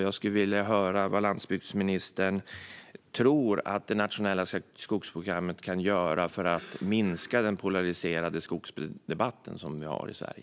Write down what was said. Jag skulle vilja höra vad landsbygdsministern tror att det nationella skogsprogrammet kan göra för att minska den polariserade skogsdebatt som vi har i Sverige.